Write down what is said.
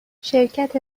شرکت